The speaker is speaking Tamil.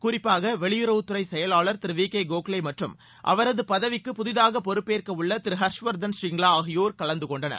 குறிப்பாக வெளியுறவுத்துறை செயலாளர் திரு வி கே கோக்லே மற்றும் அவரது பதவிக்கு புதிதாக பொறுப்பேற்கவுள்ள திரு ஹர்ஷ்வர்தன் ஸ்ரிங்லா ஆகியோர் கலந்து கொண்டனர்